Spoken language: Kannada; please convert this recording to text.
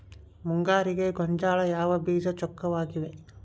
ಮುಂಗಾರಿಗೆ ಗೋಂಜಾಳ ಯಾವ ಬೇಜ ಚೊಕ್ಕವಾಗಿವೆ?